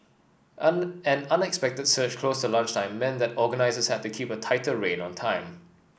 an an unexpected surge close the lunchtime meant that organisers had to keep a tighter rein on time